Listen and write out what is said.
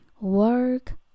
work